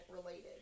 related